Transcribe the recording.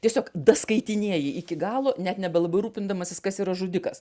tiesiog skaitinėji iki galo net nebelabai rūpindamasis kas yra žudikas